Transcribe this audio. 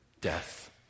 Death